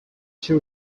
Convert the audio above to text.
two